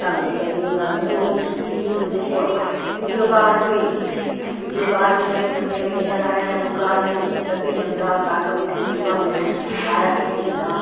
ढंग ते नेईं गल्ल ओह् ठीक होएआ वीडियो काल बी होई जंदी वीडियो काल बी करी सकने रिश्तेदारें ने पूरा आदमी लब्भी सकदा गल्ल होई सकदी नोआढ़े ने सारा किश होई जंदा